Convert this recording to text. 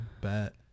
Bet